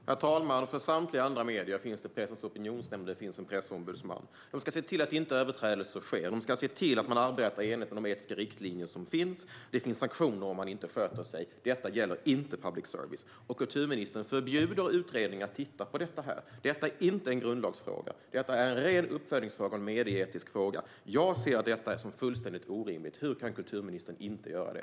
Herr talman! För samtliga andra medier finns Pressens Opinionsnämnd och en pressombudsman, som ska se till att överträdelser inte sker. De ska se till att man arbetar i enlighet med de etiska riktlinjer som finns, och det finns sanktioner om man inte sköter sig. Detta gäller dock inte public service, och kulturministern förbjuder utredningen att titta på det. Detta är inte en grundlagsfråga utan en ren uppföljningsfråga och en medieetisk fråga. Jag ser detta som fullständigt orimligt - hur kan kulturministern inte göra det?